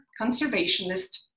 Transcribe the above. conservationist